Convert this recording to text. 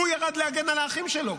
הוא ירד להגן על האחים שלו.